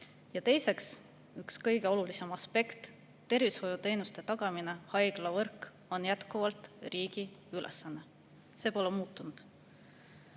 Teiseks, üks kõige olulisem aspekt: tervishoiuteenuste tagamine, haiglavõrgu [haldamine] on jätkuvalt riigi ülesanne. See pole muutunud.